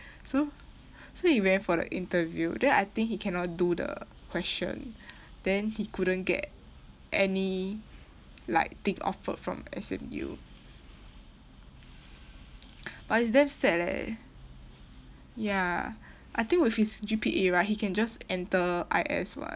so so he went for the interview then I think he cannot do the question then he couldn't get any like offer from S_M_U but it's damn sad leh ya I think with his G_P_A right he can just enter I_S [one]